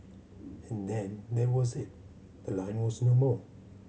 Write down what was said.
and then that was it the line was no more